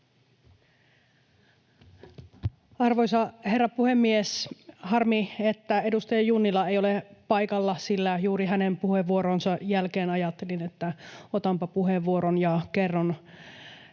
Arvoisa herra puhemies! Harmi, että edustaja Junnila ei ole paikalla, sillä juuri hänen puheenvuoronsa jälkeen ajattelin, että otanpa puheenvuoron ja kerron